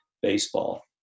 baseball